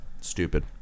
Stupid